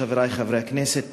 חברי חברי הכנסת,